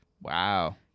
Wow